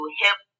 hip